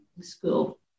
school